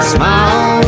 Smile